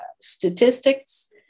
statistics